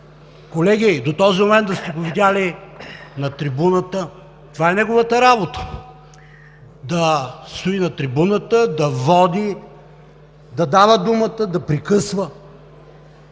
Колеги, до този момент да сте го видели на трибуната? Това е неговата работа – да стои на трибуната, да води, да дава думата, да прекъсва.